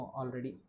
already